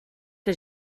que